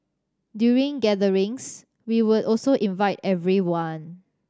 during gatherings we would also invite everyone